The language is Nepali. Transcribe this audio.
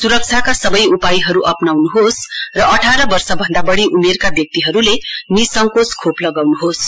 सुरक्षाका सबै उपायहरू अपनाउनुहोस् र अठारवर्ष भन्दा बढी उमेरका व्यक्तिहरूले निसंकोच खोप लगाउनुहोस्